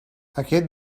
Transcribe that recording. aquest